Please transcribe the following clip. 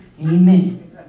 Amen